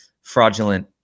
fraudulent